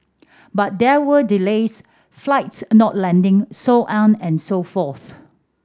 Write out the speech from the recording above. but there were delays flights not landing so on and so forth